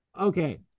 Okay